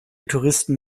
touristen